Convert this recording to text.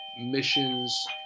missions